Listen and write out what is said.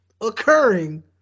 occurring